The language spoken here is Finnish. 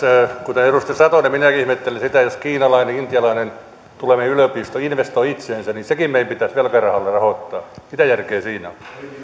kuten edustaja satonen minäkin ihmettelen sitä että jos kiinalainen tai intialainen tulee meidän yliopistoon investoi itseensä niin sekin meidän pitäisi velkarahalla rahoittaa mitä järkeä siinä